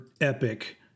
Epic